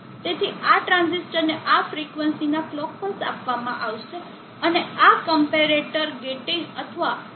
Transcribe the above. તેથી આ ટ્રાંઝિસ્ટર ને આ ફ્રિકવન્સી ના કલોક પલ્સ આપવામાં આવેશે અને આ ક્મ્પેરેટર ગેટિંગ અથવા સક્ષમ સિગ્નલ તરીકે કાર્ય કરે છે